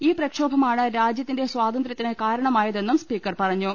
ഈ പ്രക്ഷോഭമാണ് രാജ്യത്തിന്റെ സ്വാതന്ത്ര്യ ത്തിന് കാരണമായതെന്നും സ്പീക്കർ പറഞ്ഞു